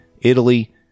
Italy